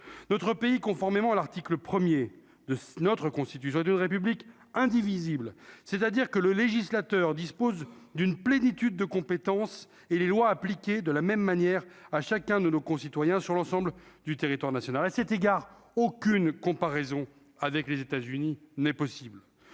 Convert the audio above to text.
notre pays, conformément à l'article 1er de notre constitution d'une République indivisible, c'est-à-dire que le législateur dispose d'une plénitude de compétences et les lois appliquées de la même manière, à chacun de nos concitoyens sur l'ensemble du territoire national, à cet égard, aucune comparaison avec les États-Unis n'est possible,